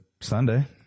Sunday